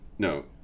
No